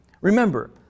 Remember